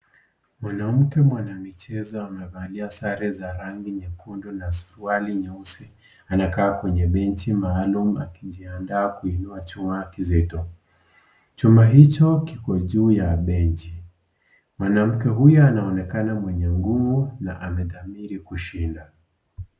Mwanamke mwanamchezo amevalia sare za rangi nyekundu na suruali nyeusi. Anakaa kwenye Benji maalum akijiandaa kuinua chuma nzito. Chuma hicho iko juu ya benji. Mwanamke huyo anaonekana mwenye nguvu na amedamiri kushinda.